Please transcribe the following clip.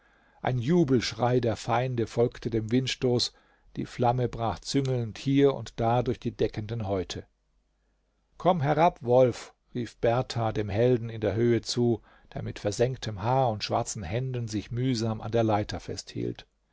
ein jubelschrei der feinde folgte dem windstoß die flamme brach züngelnd hier und da durch die deckenden häute komm herab wolf rief berthar dem helden in der höhe zu der mit versengtem haar und schwarzen händen sich mühsam an der leiter festhielt